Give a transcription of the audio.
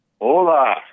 Hola